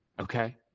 Okay